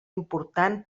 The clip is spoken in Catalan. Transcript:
important